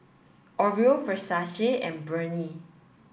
Oreo Versace and Burnie